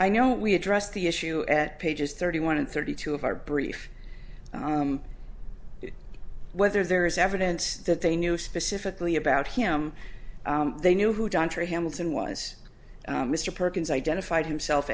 i know we addressed the issue at pages thirty one and thirty two of our brief whether there is evidence that they knew specifically about him they knew who john terry hamilton was mr perkins identified himself